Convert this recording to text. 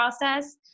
process